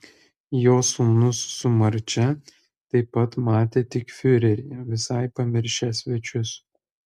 jo sūnus su marčia taip pat matė tik fiurerį visai pamiršę svečius